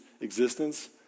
existence